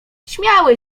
śmiały